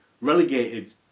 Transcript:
relegated